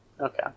Okay